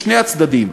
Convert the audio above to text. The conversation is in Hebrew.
משני הצדדים.